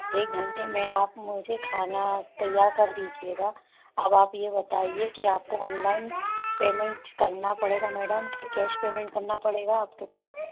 एक घंटे में आप मुझे खाना तैयार कर दीजिएगा अब आप ये बताइए कि आप को ऑनलाइन पेमेंट करना पड़ेगा मैडम या कैश पेमेंट करना पड़ेगा आप के पास